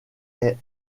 est